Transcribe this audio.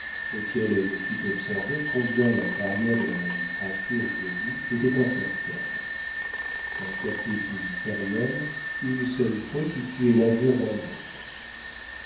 auquel elle fit observer combien la carrière de la magistrature debout était incertaine un caprice ministériel une seule faute y tuait l'avenir d'un homme